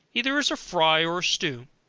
either as a fry or stew,